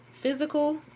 physical